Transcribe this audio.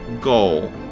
goal